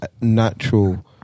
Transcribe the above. natural